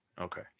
Okay